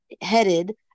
headed